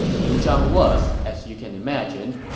liu zhang was, as you can imagine,